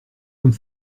comme